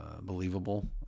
believable